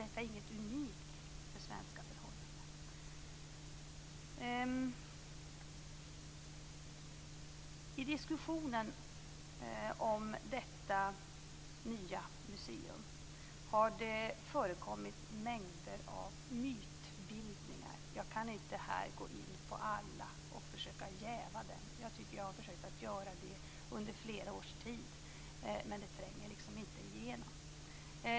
Detta är inget unikt för svenska förhållanden. I diskussionen om detta nya museum har det förekommit mängder av mytbildningar. Jag kan inte här gå in på alla och försöka jäva dem. Jag tycker att jag har försökt att göra det under flera års tid, men det tränger liksom inte igenom.